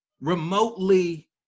remotely